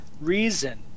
reason